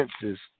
senses